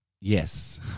Yes